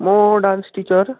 म dance teacher